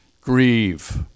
Grieve